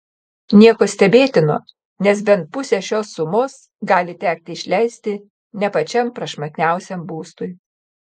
nieko stebėtino nes bent pusę šios sumos gali tekti išleisti ne pačiam prašmatniausiam būstui